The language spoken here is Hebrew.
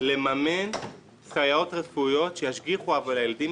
לממן סייעות רפואיות שישגיחו על הילדים